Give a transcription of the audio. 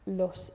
los